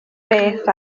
beth